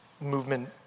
movement